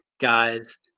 guys